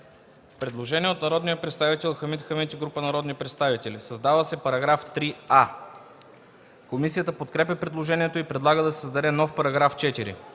Предложение от народния представител Хамид Хамид и група народни представители – създава се § 3а. Комисията подкрепя предложението и предлага да се създаде нов § 4: „§ 4.